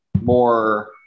more